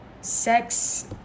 sex